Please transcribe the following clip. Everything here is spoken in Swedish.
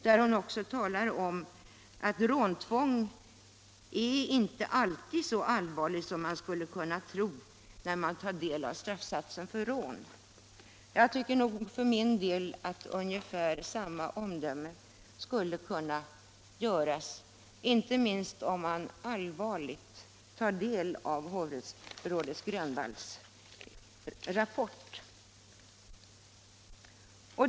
Där sade hon också att råntvång inte alltid är en så allvarlig sak som man skulle kunna tro när man tar del av straffsatsen för rån. Jag tycker för min del att ungefär samma omdöme skulle kunna avges nu, inte minst om man allvarligt tar del av hovrättsrådet Grönvalls rapport.